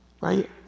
right